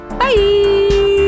bye